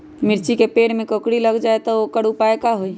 मिर्ची के पेड़ में कोकरी लग जाये त वोकर उपाय का होई?